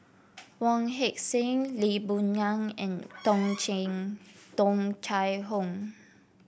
Wong Heck Sing Lee Boon Ngan and Tung Tung Chye Hong